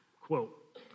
quote